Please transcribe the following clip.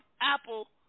Apple